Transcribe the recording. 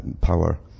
power